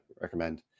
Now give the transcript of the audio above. recommend